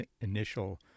initial